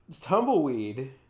Tumbleweed